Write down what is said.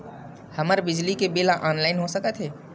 हमर बिजली के बिल ह ऑनलाइन हो सकत हे?